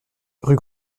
rue